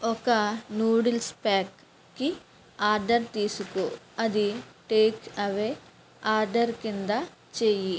ఒక నూడుల్స్ ప్యాక్కి ఆర్డర్ తీసుకో అది టేక్ అవే ఆర్డర్ క్రింద చెయ్యి